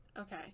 okay